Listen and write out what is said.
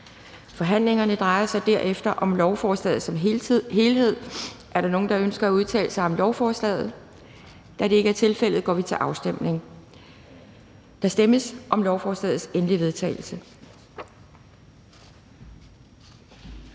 Forhandlingerne drejer sig derefter om lovforslaget som helhed. Er der nogen, der ønsker at udtale sig om lovforslaget? Da det ikke er tilfældet, går vi til afstemning. Kl. 11:29 Afstemning Anden